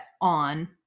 on